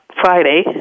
Friday